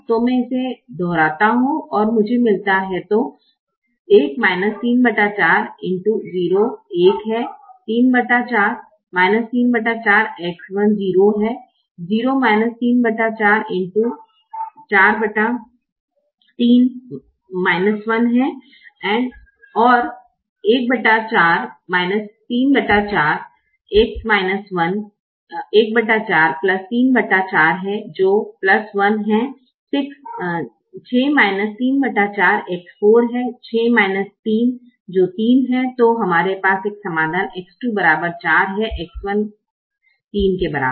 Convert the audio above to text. तो मैं इसे दोहराता हूं और मुझे मिलता है तो 1 34 x0 1 है 34 34 x1 0 है 0 34 x 43 - 1 है और 14 34 x 1 14 34 है जो 1 है 6 34 x 4 है जो 3 है तो हमारे पास अब एक समाधान X2 बराबर 4 है X1 3 के बराबर